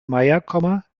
meier